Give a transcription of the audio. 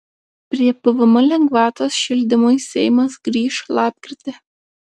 prie pvm lengvatos šildymui seimas grįš lapkritį